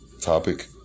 Topic